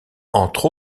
entre